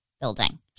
building